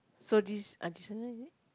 so this